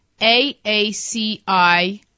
AACI